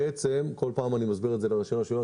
כל פעם אני מסביר את זה לראשי רשויות,